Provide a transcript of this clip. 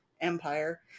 empire